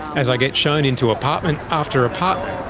as i get shown into apartment after apartment,